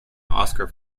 oscar